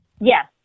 Yes